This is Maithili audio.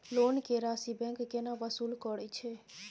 लोन के राशि बैंक केना वसूल करे छै?